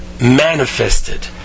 manifested